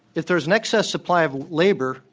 if there's an excess supply of labor,